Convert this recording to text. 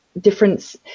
difference